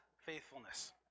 faithfulness